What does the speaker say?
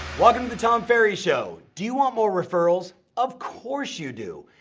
welcome to the tom ferry show. do you want more referrals? of course you do.